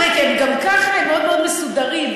גם ככה הם מאוד מאוד מסודרים,